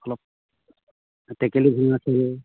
অলপ টেকেলি ভঙা খেল